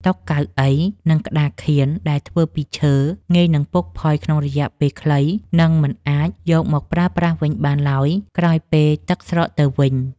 តុ កៅអី និងក្តារខៀនដែលធ្វើពីឈើ ងាយនឹងពុកផុយក្នុងរយៈពេលខ្លី និង មិនអាចយកមកប្រើប្រាស់វិញបានឡើយក្រោយពេលទឹកស្រកទៅវិញ។